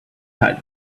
had